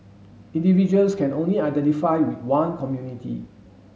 individuals can only identify with one community